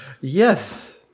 Yes